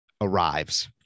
arrives